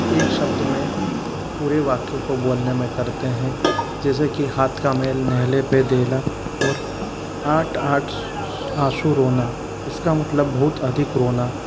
एक शब्द में पूरे वाक्य को बोलने में करते हैं जैसे कि हाथ का मैल नेहले पे देहला और आट आट आँसू रोना इसका मतलब बहुत अधिक रोना